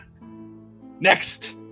Next